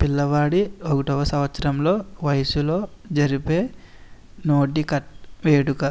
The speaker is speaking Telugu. పిల్లవాడి ఒకటవ సంవత్సరంలో వయసులో జరిపే నోడికట్ వేడుక